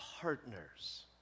partners